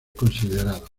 considerados